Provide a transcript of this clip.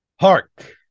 Hark